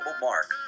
mark